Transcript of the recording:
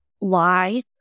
lie